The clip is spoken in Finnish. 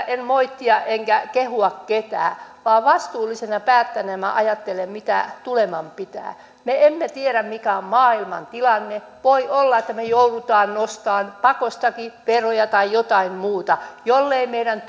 en halua moittia enkä kehua ketään vaan vastuullisena päättäjänä ajattelen mitä tuleman pitää me emme tiedä mikä on maailman tilanne voi olla että me joudumme nostamaan pakostakin veroja tai jotain muuta jollei meidän